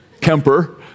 Kemper